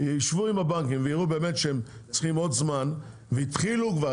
יישבו עם הבנקים ויראו שהם באמת צריכים עוד זמן והתחילו כבר,